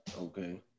Okay